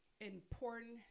important